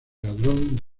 ladrón